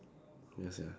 ya sia